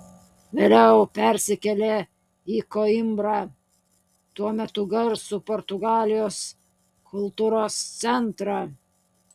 vėliau persikėlė į koimbrą tuo metu garsų portugalijos kultūros centrą